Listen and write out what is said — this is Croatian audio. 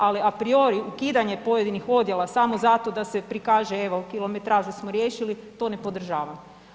Ali a priori ukidanje pojedinih odjela samo zato da se prikaže evo kilometražu smo riješili, to ne podržavam.